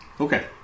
Okay